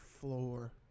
floor